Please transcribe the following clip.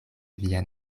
via